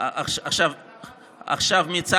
לא שמעת את ההמשך: תוך הגדרת הסמכויות שלהם.